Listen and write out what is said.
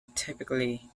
typically